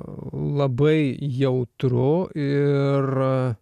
labai jautru ir